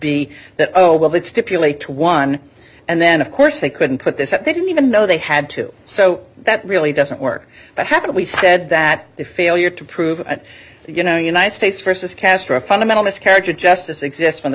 be that oh well let's stipulate one and then of course they couldn't put this that they didn't even know they had two so that really doesn't work but haven't we said that the failure to prove you know united states versus castro a fundamental miscarriage of justice exists when the